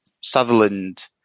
Sutherland